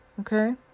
Okay